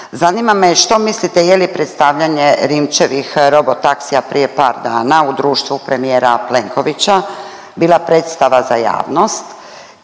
Zanima me što mislite, je li predstavljanje Rimčevih robotaksija prije par dana u društvu premijera Plenkovića bila predstava za javnost